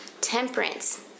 temperance